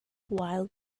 while